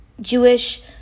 Jewish